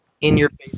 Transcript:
in-your-face